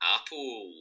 Apple